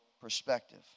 perspective